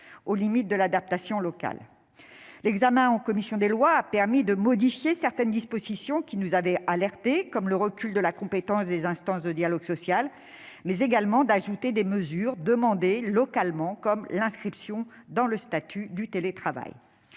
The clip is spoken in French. aux limites de l'adaptation locale. L'examen en commission des lois a permis de modifier certaines dispositions qui nous avaient alertés, comme le recul de la compétence des instances de dialogue social. Il a également permis d'ajouter des mesures demandées localement, comme l'inscription dans le statut du télétravail.